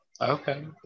okay